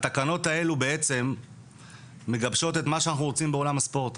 התקנות האלו בעצם מגבשות את מה שאנחנו רוצים בעולם הספורט.